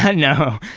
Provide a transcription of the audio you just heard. ah no.